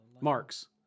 Marx